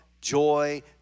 joy